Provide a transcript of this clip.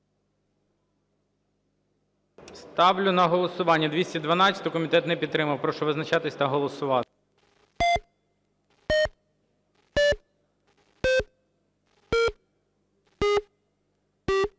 Ставлю на голосування 319 правку. Комітетом не підтримана. Прошу визначатися та голосувати.